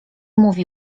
mówi